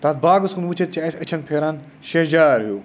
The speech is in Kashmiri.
تَتھ باغَس کُن وُچھِتھ چھِ اَسہِ أچھَن پھیران شیٚہجار ہیٛوٗ